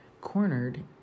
cornered